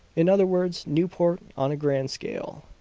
in other words, newport on a grand scale!